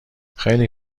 خیلی